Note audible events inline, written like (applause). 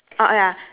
(noise)